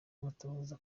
amatohoza